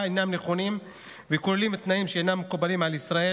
אינם נכונים וכוללים תנאים שאינם מקובלים על ישראל,